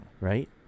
right